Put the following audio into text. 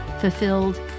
fulfilled